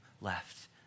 left